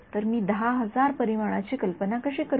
तर मी १0000 परिमाण ची कल्पना कशी करू